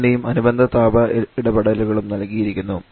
താപനിലയും അനുബന്ധ താപ ഇടപെടലുകളും നൽകിയിരിക്കുന്നു